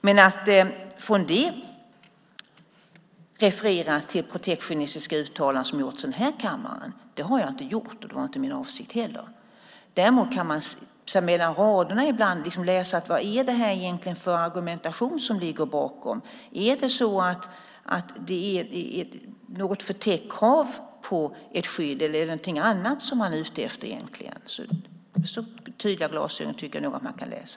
Men jag har inte refererat till protektionistiska uttalanden som har gjorts i den här kammaren. Det har inte heller varit min avsikt. Däremot kan man mellan raderna ibland läsa och undra vad det är för argumentation som ligger bakom. Är det något förtäckt krav på ett skydd eller något annat? Med så tydliga glasögon tycker jag att man kan läsa.